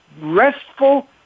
restful